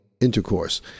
intercourse